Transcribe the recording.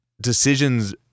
decisions